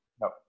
No